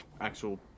actual